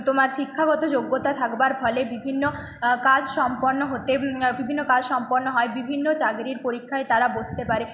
তোমার শিক্ষাগত যোগ্যতা থাকবার ফলে বিভিন্ন কাজ সম্পন্ন হতে বিভিন্ন কাজ সম্পন্ন হয় বিভিন্ন চাকরির পরীক্ষায় তারা বসতে পারে